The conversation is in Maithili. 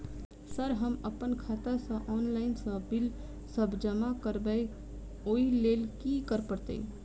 सर हम अप्पन खाता सऽ ऑनलाइन सऽ बिल सब जमा करबैई ओई लैल की करऽ परतै?